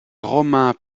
romains